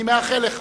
אני מאחל לך